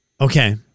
Okay